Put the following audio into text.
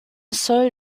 seul